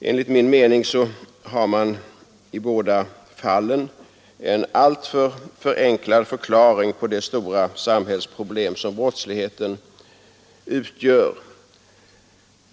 Enligt min mening har man i båda fallen en alltför förenklad förklaring på det stora samhällsproblem som brottsligheten utgör.